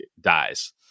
dies